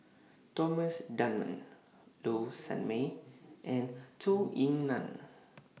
Thomas Dunman Low Sanmay and Zhou Ying NAN